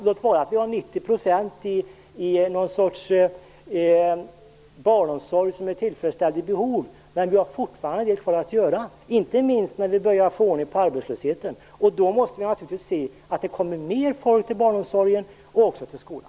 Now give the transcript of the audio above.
Låt vara att vi har 90 % i någon sorts barnomsorg som är tillfredsställd vid behov, men vi har fortfarande en del kvar att göra, inte minst när vi börjar få ordning på arbetslösheten. Då måste vi naturligtvis se att det kommer mer folk till barnomsorgen och även till skolan.